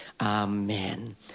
amen